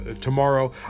tomorrow